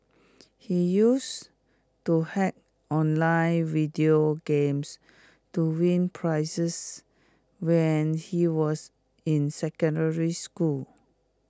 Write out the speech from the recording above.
he used to hack online video games to win prizes when he was in secondary school